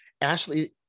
Ashley